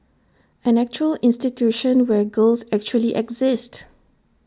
an actual institution where girls actually exist